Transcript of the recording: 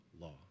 law